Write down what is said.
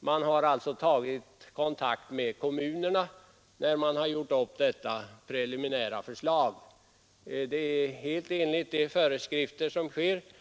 Man har i vederbörlig ordning tagit kontakt med kommunerna när man gjort upp detta preliminära förslag, helt enligt de föreskrifter som utfärdats.